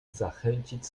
zachęcić